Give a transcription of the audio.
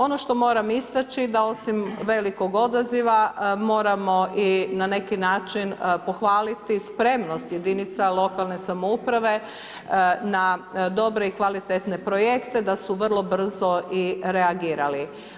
Ono što moram istaći da osim velikog odaziva moramo i na neki način pohvaliti spremnost jedinica lokalne samouprave na dobre i kvalitetne projekte, da su vrlo brzo i reagirali.